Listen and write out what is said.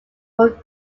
were